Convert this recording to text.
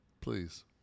Please